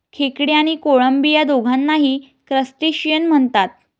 खेकडे आणि कोळंबी या दोघांनाही क्रस्टेशियन म्हणतात